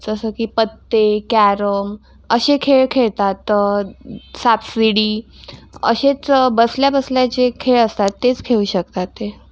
जसं की पत्ते कॅरम असे खेळ खेळतात सापशिडी असेच बसल्याबसल्या जे खेळ असतात तेच खेळू शकतात ते